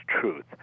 truth